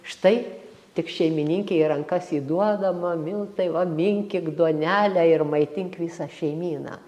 štai tik šeimininkei į rankas įduodama miltai va minkyk duonelę ir maitink visą šeimyną